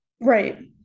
right